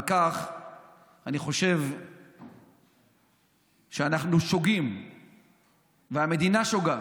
בכך אני חושב שאנחנו שוגים והמדינה שוגה